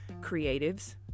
creatives